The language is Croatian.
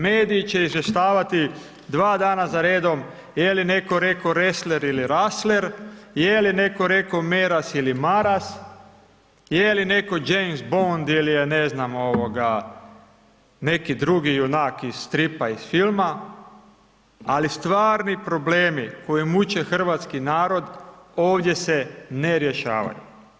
Mediji će izvještavati dva dana za redom je li netko rekao Resler ili Rasler, je li netko rekao Meras ili Maras, je li netko James Bond ili je ne znam neki drugi junak iz stripa, iz filma, ali stvarni problemi koji muče hrvatski narod ovdje se ne rješavaju.